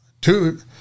two